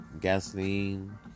gasoline